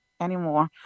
anymore